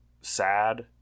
sad